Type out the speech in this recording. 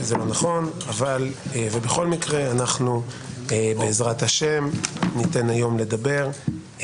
ובכל מקרה אנחנו בעזרת השם ניתן היום לדבר.